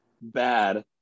bad